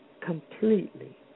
completely